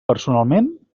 personalment